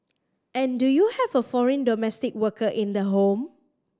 and do you have a foreign domestic worker in the home